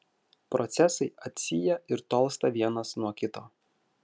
procesai atsyja ir tolsta vienas nuo kito